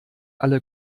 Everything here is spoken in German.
alle